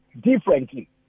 differently